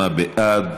28 בעד,